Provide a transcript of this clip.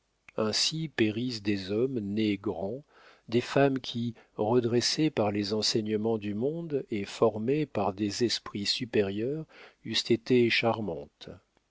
ainsi périssent des hommes nés grands des femmes qui redressées par les enseignements du monde et formées par des esprits supérieurs eussent été charmantes